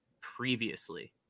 previously